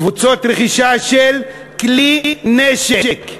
קבוצות רכישה של כלי נשק.